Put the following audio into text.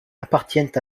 appartiennent